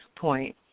point